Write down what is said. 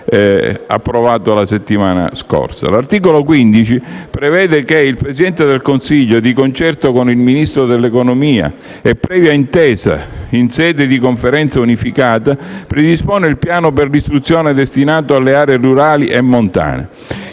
L'articolo 15 prevede che il Presidente del Consiglio, di concerto con il Ministro dell'economia e previa intesa in sede di Conferenza unificata, predispone il piano per l'istruzione destinato alle aree rurali e montane.